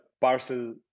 parcel